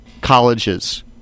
colleges